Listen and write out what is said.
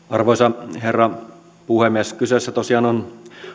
arvoisa herra puhemies kyseessä tosiaan on